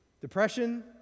Depression